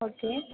okay